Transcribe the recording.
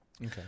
Okay